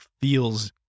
feels